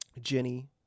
Jenny